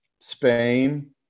Spain